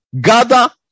Gather